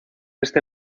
este